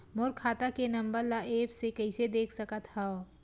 मोर खाता के नंबर ल एप्प से कइसे देख सकत हव?